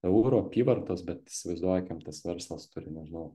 eurų apyvartos bet įsivaizduokim tas verslas turi nežinau